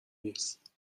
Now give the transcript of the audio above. نیست